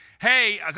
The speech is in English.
Hey